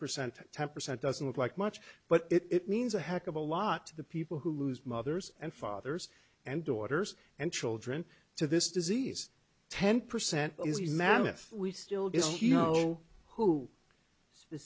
percent to ten percent doesn't look like much but it means a heck of a lot to the people who lose mothers and fathers and daughters and children to this disease ten percent is madness we still do you know who